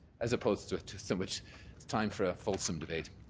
as opposed to to so much time for a fulsome debate.